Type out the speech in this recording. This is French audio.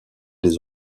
des